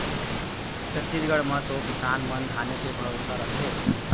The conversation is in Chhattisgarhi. छत्तीसगढ़ म तो किसान मन धाने के भरोसा रथें